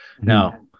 Now